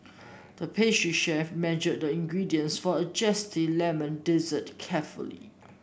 the pastry chef measured the ingredients for a zesty lemon dessert carefully